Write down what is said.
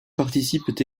participent